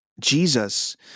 Jesus